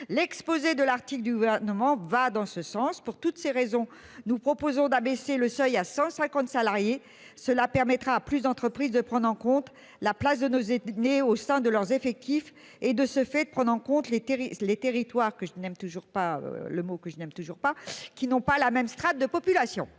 l'exposé de l'article du gouvernement va dans ce sens pour toutes ces raisons, nous proposons d'abaisser le seuil à 150 salariés. Cela permettra plus d'entreprises de prendre en compte la place de nos aînés, au sein de leurs effectifs et de ce fait, de prendre en compte les les territoires que je n'aime toujours pas le mot que je n'aime toujours pas qui n'ont pas la même strate de population.